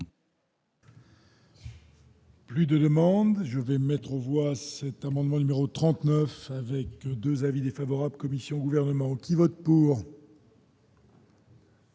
Plus de demandes, je vais mettre aux voix c'est amendement numéro 39 avec 2 avis défavorables commission gouvernement qui vote pour.